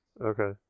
Okay